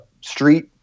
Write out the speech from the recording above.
street